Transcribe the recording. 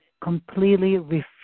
Completely